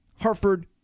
Hartford